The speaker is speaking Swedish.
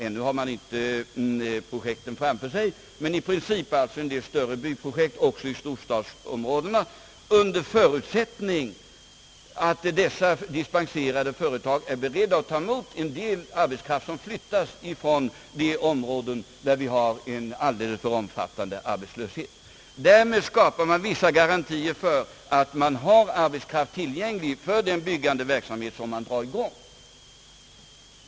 Ännu har man inte projekten framför sig, men i princip gäller det vissa större byggprojekt även i storstadsområdena, under förutsättning att dessa dispenserade företag är beredda att ta emot en del arbetskraft, som flyttas från de områden där vi har en alldeles för omfattande arbetslöshet. Därmed skapas vissa garantier för att man har arbetskraft tillgänglig för den byggande verksamhet som dras i gång.